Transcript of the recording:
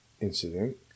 incident